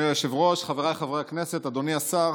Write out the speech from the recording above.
אדוני היושב-ראש, חבריי חברי הכנסת, אדוני השר,